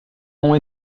ont